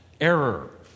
error